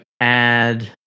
add